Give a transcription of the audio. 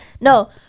no